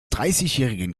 dreißigjährigen